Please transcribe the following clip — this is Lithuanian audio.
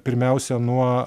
pirmiausia nuo